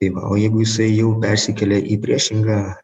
tai va o jeigu jisai jau persikelia į priešingą